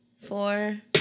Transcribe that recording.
Four